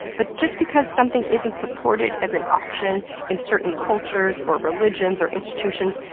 but just because something isn't supported as an option in certain cultures, or religions, or institutions,